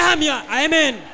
Amen